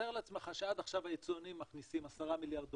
תאר לעצמך שעד עכשיו היצואנים מכניסים 10 מיליארד דולר,